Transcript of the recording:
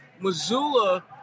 Missoula